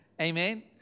Amen